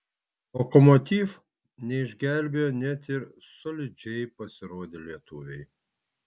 lokomotiv neišgelbėjo net ir solidžiai pasirodę lietuviai